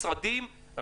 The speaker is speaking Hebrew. משרדים,